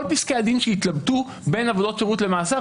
כל פסקי הדין שהתלבטו בין עבודות שירות למאסר,